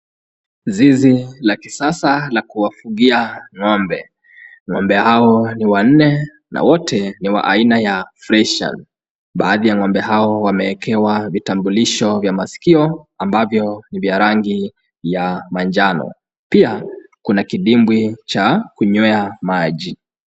Zizi la kisasa la kuwafugia ng'ombe. Ng'ombe hawa ni wanne na wote ni wa aina ya freshan. Baadhi ya ng'ombe hao wamewekewa vitambulisho vya maskio ambavyo ni vya rangi ya manjano. Pia kuna kidimbwi cha kunywea maji.